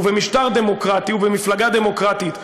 ובמשטר דמוקרטי ובמפלגה דמוקרטית,